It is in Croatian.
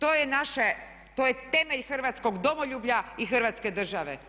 To je naše, to je temelj hrvatskog domoljublja i Hrvatske države.